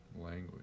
language